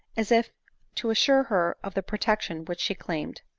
as if to assure her of the protection which she claimed.